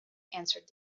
answered